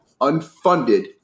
unfunded